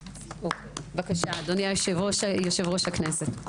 בבקשה, אדוני יושב-ראש הכנסת.